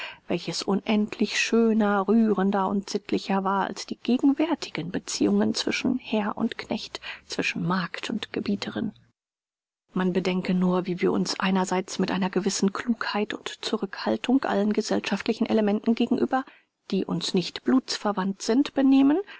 welches unendlich schöner rührender und sittlicher war als die gegenwärtigen beziehungen zwischen herr und knecht zwischen magd und gebieterin man bedenke nur wie wir uns einerseits mit einer gewissen klugheit und zurückhaltung allen gesellschaftlichen elementen gegenüber die uns nicht blutsverwandt sind benehmen